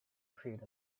appeared